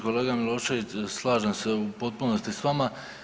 Kolega Milošević, slažem se u potpunosti s vama.